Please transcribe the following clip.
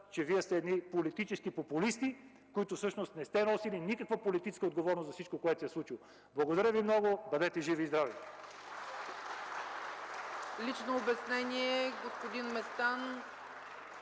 че Вие сте едни политически популисти, които не са носили никаква политическа отговорност за всичко, което се е случило. Благодаря Ви много. Бъдете живи и здрави! (Ръкопляскания от